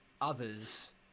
others